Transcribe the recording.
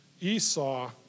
Esau